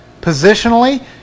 positionally